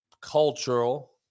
cultural